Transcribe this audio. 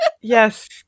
yes